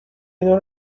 اینا